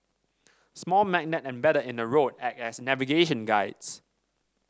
small magnets embedded in the road act as navigation guides